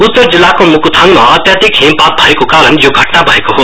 उत्तर जिल्लाको मुकुथाङमा अत्याधिक हिमपात भएको कारण यो घट्ना भएको हो